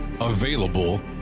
available